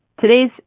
Today's